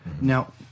now